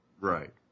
Right